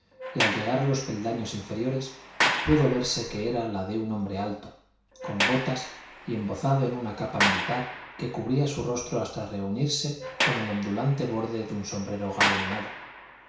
y al llegar a los peldaños inferiores pudo verse que era la de un hombre alto con botas y embozado en una capa militar que cubría su rostro hasta reunirse con el ondulante borde de un sombrero galoneado